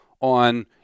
on